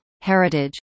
heritage